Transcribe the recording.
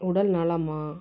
உடல் நலமா